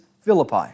Philippi